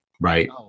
Right